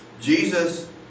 Jesus